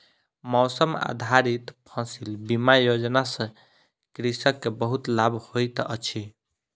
मौसम आधारित फसिल बीमा योजना सॅ कृषक के बहुत लाभ होइत अछि